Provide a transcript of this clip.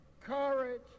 courage